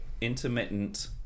intermittent